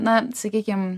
na sakykim